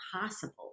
possible